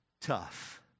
tough